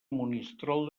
monistrol